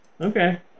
Okay